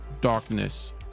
darkness